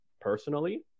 personally